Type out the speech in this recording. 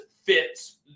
fits